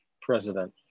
president